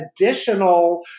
additional